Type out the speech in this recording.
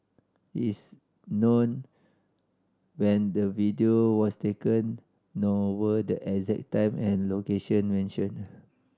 it is not known when the video was taken nor were the exact time and location mentioned